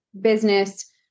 business